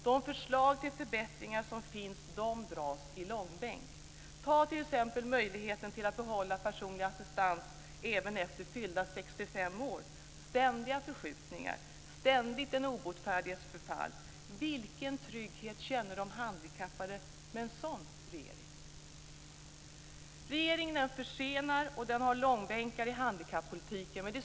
De förslag till förbättringar som finns dras i långbänk. Ta t.ex. möjligheten för människor att få behålla personlig assistans även efter fyllda 65 år. Det har varit ständiga förskjutningar, ständigt den obotfärdiges förfall. Vilken trygghet känner de handikappade med en sådan regering? Regeringen försenar och den har långbänkar i handikappolitiken.